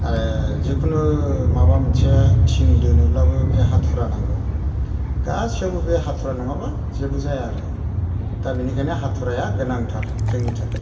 आरो जिकुनु माबा मोनसे थिं दोनोब्लाबो बे हाथुरा नांगौ गासैयावबो बे हाथुरा नङाबा जेबो जाया आरो दा बेनिखायनो हाथुराया गोनांथार जोंनि थाखाय